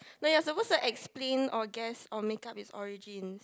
like you're supposed to explain or guess or make up its origins